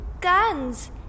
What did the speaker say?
guns